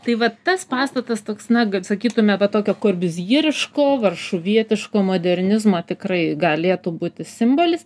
tai va tas pastatas toks na sakytume va tokio kur bizjeriško varšuvietiško modernizmo tikrai galėtų būti simbolis